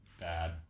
bad